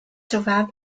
survived